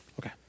Okay